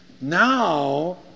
Now